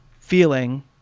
feeling